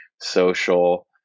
social